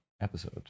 episode